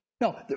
No